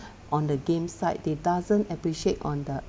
on the game side they doesn't appreciate on the